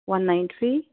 one nine three